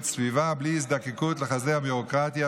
סביבה בלי הזדקקות לחסדי הביורוקרטיה,